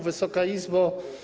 Wysoka Izbo!